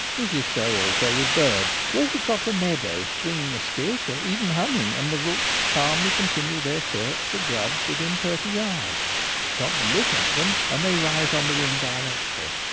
it is so also with birds. walk across a meadow swinging a stick, even humming, and the rooks calmly continue their search for grubs within thirty yards stop to look at them, and they rise on the wing directly.